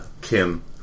Kim